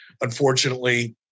unfortunately